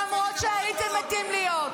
האמת כואבת.